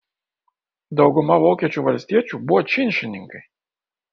dauguma vokiečių valstiečių buvo činšininkai